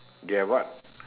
they have what